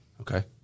Okay